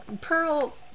Pearl